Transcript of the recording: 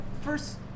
first